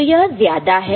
तो यह ज्यादा है